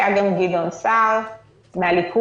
היה גם גדעון סער מהליכוד,